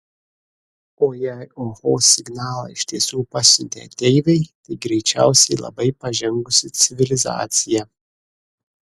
o jei oho signalą iš tiesų pasiuntė ateiviai tai greičiausiai labai pažengusi civilizacija